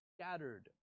scattered